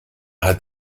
hat